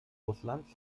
russlands